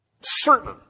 certain